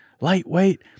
lightweight